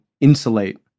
insulate